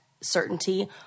certainty